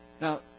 Now